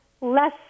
less